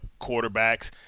quarterbacks